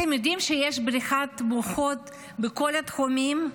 אתם יודעים שיש בריחת מוחות בכל התחומים?